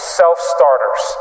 self-starters